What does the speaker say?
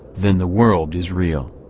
then the world is real.